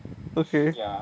okay